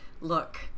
look